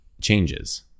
changes